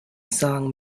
song